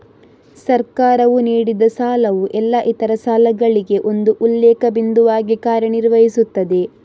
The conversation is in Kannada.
ಸರ್ಕಾರವು ನೀಡಿದಸಾಲವು ಎಲ್ಲಾ ಇತರ ಸಾಲಗಳಿಗೆ ಒಂದು ಉಲ್ಲೇಖ ಬಿಂದುವಾಗಿ ಕಾರ್ಯ ನಿರ್ವಹಿಸುತ್ತದೆ